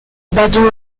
badauds